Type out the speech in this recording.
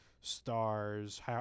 stars